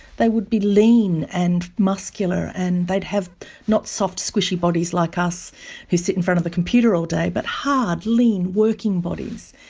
they would be lean and muscular and they'd have not soft squishy bodies like us who sit in front of the computer all day, but hard, lean, working bodies.